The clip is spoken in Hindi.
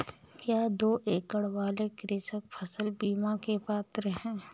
क्या दो एकड़ वाले कृषक फसल बीमा के पात्र हैं?